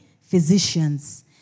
physicians